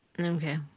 Okay